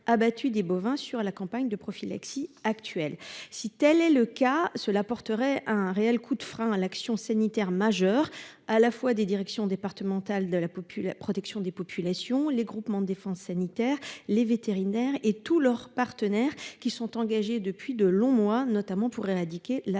abattus, des bovins sur la campagne de prophylaxie actuel si tel est le cas, cela porterait un réel coup de frein à l'action sanitaire majeur à la fois des directions départementales de la populaire. Protection des populations, les groupements de défense sanitaire. Les vétérinaires et tous leurs partenaires qui sont engagés depuis de longs mois, notamment pour éradiquer la